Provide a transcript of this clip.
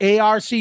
ARC